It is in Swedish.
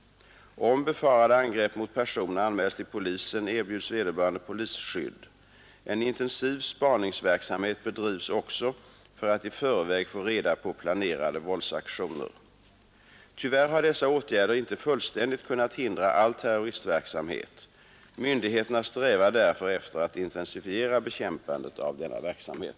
Om befarade angrepp mot person anmäls till polisen, erbjuds vederbörande polisskydd. En intensiv spaningsverksamhet bedrivs också för att i förväg få reda på planerade våldsaktioner. Tyvärr har dessa åtgärder inte fullständigt kunnat hindra all terroristverksamhet. Myndigheterna strävar därför efter att intensifiera bekämpandet av denna verksamhet.